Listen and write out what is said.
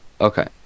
Okay